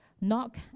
Knock